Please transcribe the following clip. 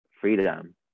freedom